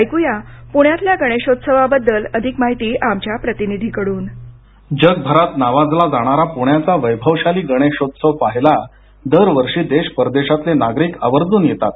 ऐक्या पूण्यातल्या गणेशोत्सवाबद्दल अधिक माहिती आमच्या प्रतिनिधीकडून जगभरात नावाजला जाणारा प्ण्याचा वैभवशाली गणेशोत्सव पाहायला दरवर्षी देश परदेशातले नागरिक आवर्जून येतात